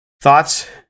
Thoughts